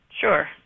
Sure